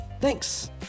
Thanks